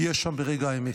יהיה שם ברגע האמת.